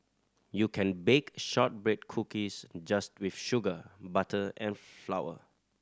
you can bake shortbread cookies just with sugar butter and flour